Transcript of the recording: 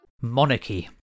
Monarchy